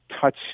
touch